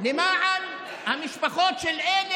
למען הציבור שלנו,